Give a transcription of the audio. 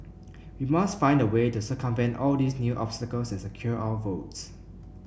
we must find a way to circumvent all these new obstacles and secure our votes